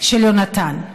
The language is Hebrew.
של יהונתן.